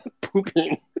pooping